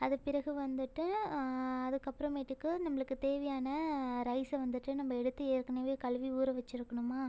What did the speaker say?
அது பிறகு வந்துட்டு அதுக்கு அப்புறமேட்டுக்கு நம்மளுக்கு தேவையான ரைஸை வந்துட்டு நம்ம எடுத்து ஏற்கனவே கழுவி ஊற வச்சுருக்கணுமா